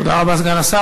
תודה רבה, סגן השר.